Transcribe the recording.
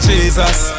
Jesus